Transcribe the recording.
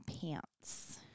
pants